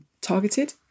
targeted